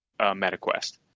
MetaQuest